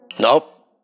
Nope